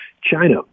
China